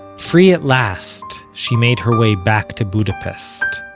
free at last, she made her way back to budapest.